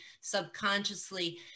subconsciously